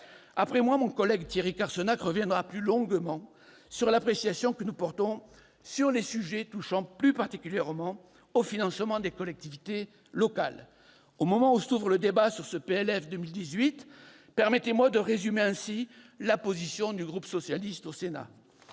Après moi, mon collègue Thierry Carcenac reviendra plus longuement sur l'appréciation que nous portons sur les sujets touchant plus particulièrement au financement des collectivités locales. Au moment où s'ouvre le débat sur ce projet de loi de finances pour 2018, permettez-moi de résumer ainsi la position du groupe socialiste du Sénat